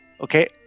Okay